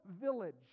village